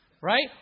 Right